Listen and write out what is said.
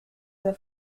der